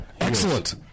Excellent